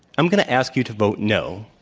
i'm going to ask you to vote, no.